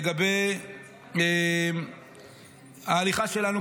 לגבי ההליכה שלנו,